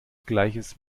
gleiches